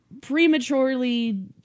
prematurely